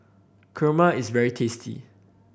kurma is very tasty